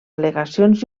al·legacions